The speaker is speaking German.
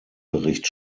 bericht